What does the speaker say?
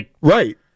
Right